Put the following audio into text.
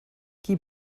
qui